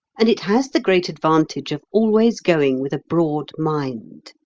and it has the great advantage of always going with a broad mind.